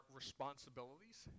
responsibilities